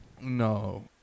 No